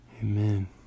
Amen